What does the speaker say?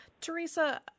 Teresa